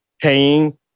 paying